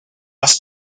must